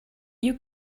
you